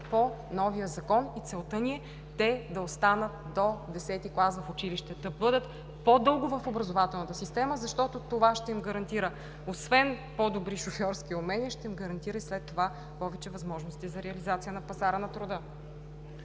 по новия Закон. Целта ни е те да останат до Х клас в училище, да бъдат по-дълго в образователната система, защото освен по-добри шофьорски умения, ще им гарантира и след това повече възможности за реализация на пазара на труда.